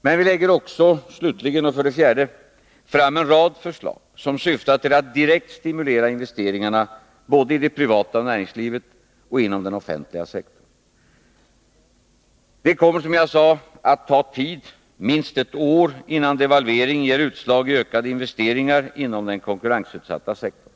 Men vi lägger också, slutligen och för det fjärde, fram en rad förslag som syftar till att direkt stimulera investeringarna både i det privata näringslivet och inom den offentliga sektorn. Det kommer, som jag sade, att ta tid— minst ett år — innan devalveringen ger utslag i ökade investeringar inom den konkurrensutsatta sektorn.